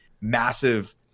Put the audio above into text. massive